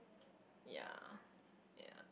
ya ya